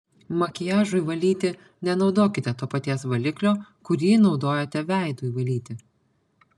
makiažui valyti nenaudokite to paties valiklio kurį naudojate veidui valyti